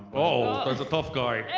oh, there's a tough guy.